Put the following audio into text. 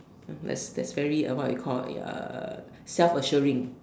that that very what you call self assuring